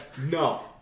no